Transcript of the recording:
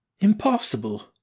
Impossible